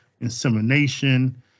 insemination